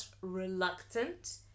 reluctant